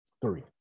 three